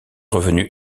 revenu